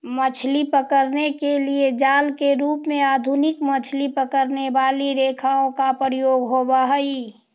मछली पकड़ने के लिए जाल के रूप में आधुनिक मछली पकड़ने वाली रेखाओं का प्रयोग होवअ हई